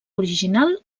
original